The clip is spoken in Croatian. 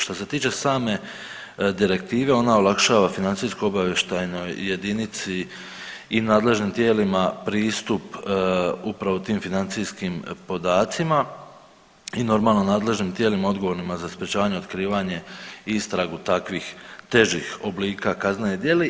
Što se tiče same direktive ona olakšava financijskoj obavještajnoj jedinici i nadležnim tijelima pristup upravo tim financijskim podacima i normalno nadležnim tijelima odgovornima za sprječavanje otkrivanje i istragu takvih težih oblika kaznenih djela.